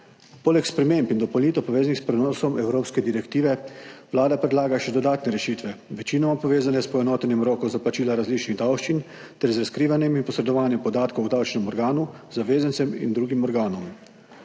Poleg sprememb in dopolnitev, povezanih s prenosom evropske direktive, Vlada predlaga še dodatne rešitve, večinoma povezane s poenotenjem rokov za plačila različnih davščin ter z razkrivanjem in posredovanjem podatkov o davčnem organu zavezancem in drugim organom.